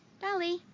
Dolly